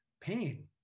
pain